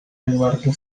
eduardo